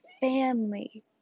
family